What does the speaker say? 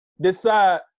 decide